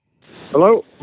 Hello